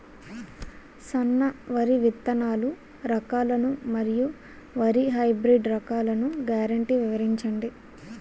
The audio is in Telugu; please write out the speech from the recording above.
సన్న వరి విత్తనాలు రకాలను మరియు వరి హైబ్రిడ్ రకాలను గ్యారంటీ వివరించండి?